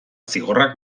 zigorrak